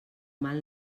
mal